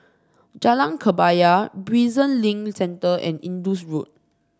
Jalan Kebaya Prison Link Centre and Indus Road